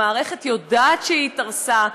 המערכת יודעת שהיא התארסה,